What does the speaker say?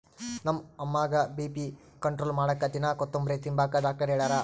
ನಮ್ಮ ಅಮ್ಮುಗ್ಗ BP control ಮಾಡಾಕ ದಿನಾ ಕೋತುಂಬ್ರೆ ತಿಂಬಾಕ ಡಾಕ್ಟರ್ ಹೆಳ್ಯಾರ